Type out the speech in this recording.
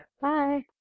Bye